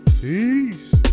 peace